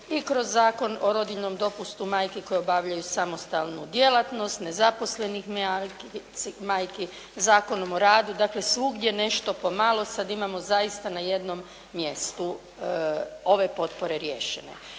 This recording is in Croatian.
i kroz Zakon o rodiljnom dopustu majki koje obavljaju samostalnu djelatnost, nezaposlenih majki, Zakonom o radu, dakle svugdje nešto po malo, sad imamo zaista na jednom mjestu ove potpore riješene.